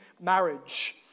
marriage